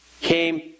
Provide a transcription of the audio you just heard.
came